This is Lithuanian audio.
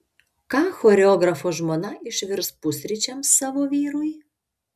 ką choreografo žmona išvirs pusryčiams savo vyrui